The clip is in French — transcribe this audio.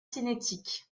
cinétique